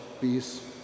peace